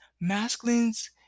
masculine's